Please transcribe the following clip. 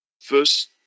first